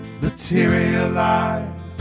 materialize